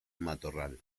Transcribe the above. matorral